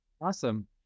Awesome